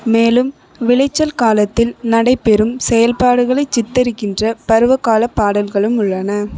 மேலும் விளைச்சல் காலத்தில் நடைபெறும் செயல்பாடுகளைச் சித்தரிக்கின்ற பருவகாலப் பாடல்களும் உள்ளன